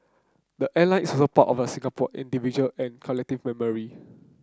the airline is also part of the Singapore individual and collective memory